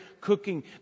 cooking